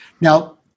Now